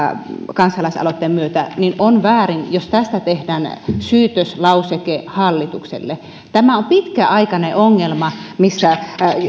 aloitteen myötä on väärin jos tästä tehdään syytöslauseke hallitukselle tämä on pitkäaikainen ongelma missä